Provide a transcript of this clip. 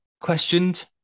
questioned